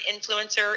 influencer